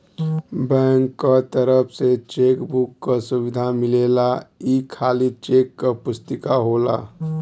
bank क तरफ से चेक बुक क सुविधा मिलेला ई खाली चेक क पुस्तिका होला